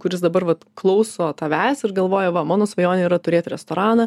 kuris dabar vat klauso tavęs ir galvoja va mano svajonė yra turėti restoraną